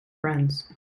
friends